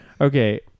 Okay